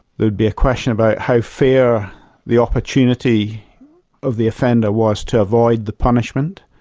there'd be a question about how fair the opportunity of the offender was to avoid the punishment,